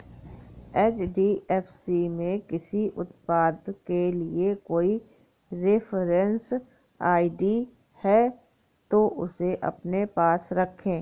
HDFC में किसी उत्पाद के लिए कोई रेफरेंस आई.डी है, तो उसे अपने पास रखें